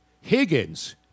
Higgins